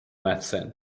medicine